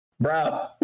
bro